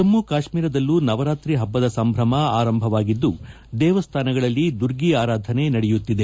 ಜಮ್ಮು ಕಾಶ್ಟೀರದಲ್ಲೂ ನವರಾತ್ರಿ ಹಬ್ಬದ ಸಂಭ್ರಮ ಆರಂಭವಾಗಿದ್ದು ದೇವಸ್ಥಾನಗಳಲ್ಲಿ ದುರ್ಗಿ ಆರಾಧನೆ ನಡೆಯುತ್ತಿದೆ